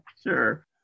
Sure